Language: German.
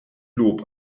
lob